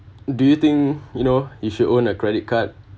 do you think you know you should own a credit card